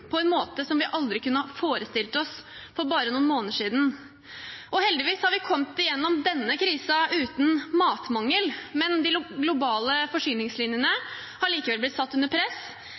på en måte som vi aldri kunne ha forestilt oss for bare noen måneder siden. Heldigvis har vi kommet gjennom denne krisen uten matmangel, men de globale forsyningslinjene har likevel blitt satt under press.